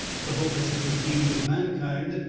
the hope as it was deemed of mankind,